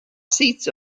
seats